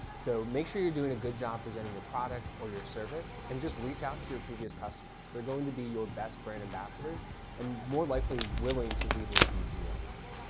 so make sure you're doing a good job presenting your product or your service, and just reach out to your previous customers. they're going to be your best brand ambassadors and more likely willing to leave a review for you online.